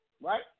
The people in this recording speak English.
right